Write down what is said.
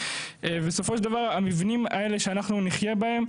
ובסופו של דבר המבנים האלה שאנחנו נחיה בהם,